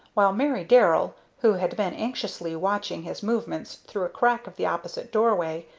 while mary darrell, who had been anxiously watching his movements through a crack of the opposite doorway,